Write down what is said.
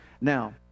Now